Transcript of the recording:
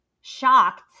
shocked